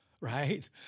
Right